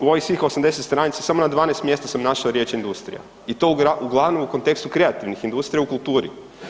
U ovih svih 80 stranica samo na 12 mjesta sam našao riječ industrija i to uglavnom u kontekstu kreativnih industrija u kulturi.